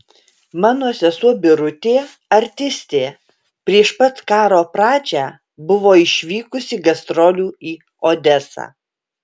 mano sesuo birutė artistė prieš pat karo pradžią buvo išvykusi gastrolių į odesą